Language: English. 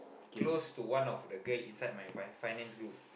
close to one of the girl inside my f~ finance group